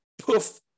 poof